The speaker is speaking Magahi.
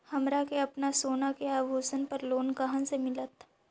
हमरा के अपना सोना के आभूषण पर लोन कहाँ से मिलत?